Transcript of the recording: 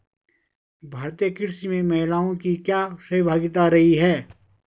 भारतीय कृषि में महिलाओं की क्या सहभागिता रही है?